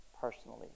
personally